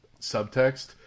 subtext